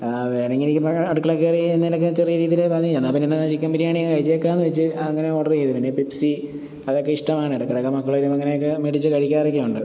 ആ വേണമെങ്കിൽ എനിക്ക് അടുക്കളയിൽ കയറി എന്തെങ്കിലിമൊക്കെ ചെറിയ രീതിയിൽ വേണമെങ്കിൽ എന്നാൽ പിന്നെ ഇന്ന് ചിക്കൻ ബിരിയാണി അങ്ങ് കഴിച്ചേക്കാമെന്ന് വച്ച് അങ്ങനെ ഓർഡറ് ചെയ്തു പിന്നെ പെപ്സി അതൊക്കെ ഇഷ്ടമാണ് ഇടക്കിടയ്ടക്ക് മക്കൾ വരുമ്പം അങ്ങനെയൊക്കെ മേടിച്ച് കഴിക്കാറൊക്കെയുണ്ട്